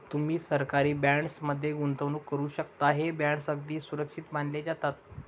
तुम्ही सरकारी बॉण्ड्स मध्ये गुंतवणूक करू शकता, हे बॉण्ड्स अगदी सुरक्षित मानले जातात